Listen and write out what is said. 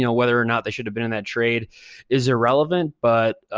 you know whether or not they should have been on that trade is irrelevant, but